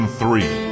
three